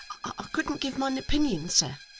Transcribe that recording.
i couldn't give an opinion, sir